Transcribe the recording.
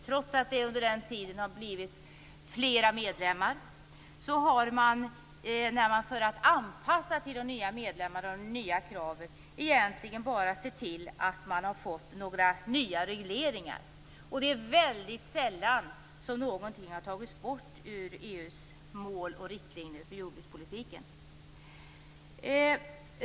Trots att det har blivit fler medlemmar under den tiden har man för att göra anpassningar till de nya medlemmarna och de nya kraven egentligen bara sett till att skapa några nya regleringar. Det är väldigt sällan som något har tagits bort från EU:s mål och riktlinjer för jordbrukspolitiken.